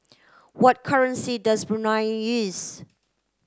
what currency does Brunei use